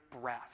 breath